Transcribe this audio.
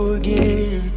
again